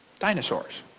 dinosaurs.